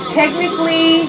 technically